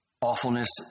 awfulness